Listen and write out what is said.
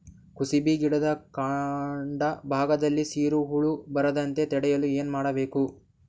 ಕುಸುಬಿ ಗಿಡದ ಕಾಂಡ ಭಾಗದಲ್ಲಿ ಸೀರು ಹುಳು ಬರದಂತೆ ತಡೆಯಲು ಏನ್ ಮಾಡಬೇಕು?